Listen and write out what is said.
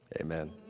Amen